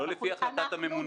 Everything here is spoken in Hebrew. לא לפי החלטת הממונה.